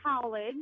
college